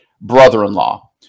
brother-in-law